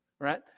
right